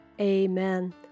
Amen